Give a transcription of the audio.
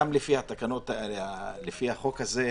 גם לפי החוק הזה,